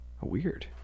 Weird